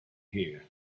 here